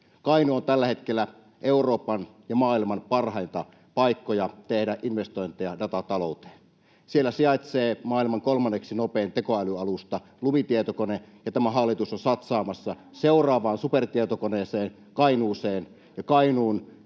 Kainuu on tällä hetkellä Euroopan ja maailman parhaita paikkoja tehdä investointeja datatalouteen. Siellä sijaitsee maailman kolmanneksi nopein tekoälyalusta, Lumi-tietokone, ja tämä hallitus on satsaamassa seuraavaan supertietokoneeseen Kainuuseen. Kainuun